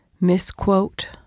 misquote